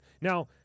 Now